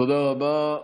תודה רבה.